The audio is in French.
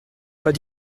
pas